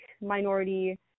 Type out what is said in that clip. minority